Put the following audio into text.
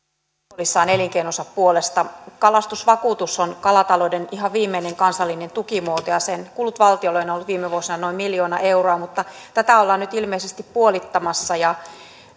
huolissaan elinkeinonsa puolesta kalastusvakuutus on kalatalouden ihan viimeinen kansallinen tukimuoto ja sen kulut valtiolle ovat olleet viime vuosina noin miljoona euroa mutta tätä ollaan nyt ilmeisesti puolittamassa